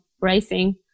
racing